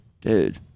dude